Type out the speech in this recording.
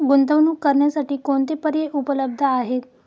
गुंतवणूक करण्यासाठी कोणते पर्याय उपलब्ध आहेत?